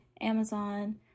Amazon